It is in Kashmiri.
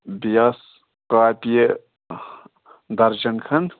بیٚیہ آس کاپیہِ دَرجَن کھنٛڈ